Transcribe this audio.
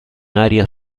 áreas